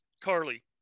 Carly